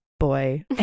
boy